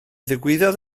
ddigwyddodd